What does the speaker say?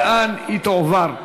לאן היא תועבר.